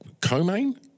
co-main